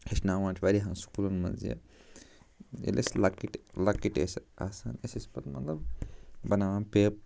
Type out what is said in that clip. ہیٚچھناوان چھِ واریاہَن سکوٗلَن منٛز یہِ ییٚلہِ أسۍ لۅکٕٹۍ لۅکٕٹۍ ٲسۍ آسان أسۍ ٲسۍ پتہٕ مطلب بناوان پٮی